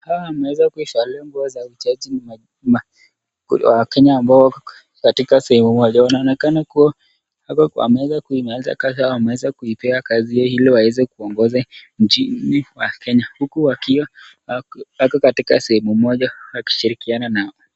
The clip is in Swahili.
Hawa wameeza kuvalia nguo za ujaji, ni wakenya ambao wako katika sehemu moja, wanaonekana kuwa wako kwa meza kuimarisha kazi yao, ama wameeza kuipiga kazi yao ili waeze kuongoza nchini ya Kenya, huku wakiwa wako katika sehemu moja wakishirikiana nao.